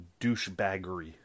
douchebaggery